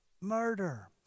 murder